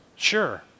Sure